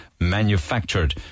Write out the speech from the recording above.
manufactured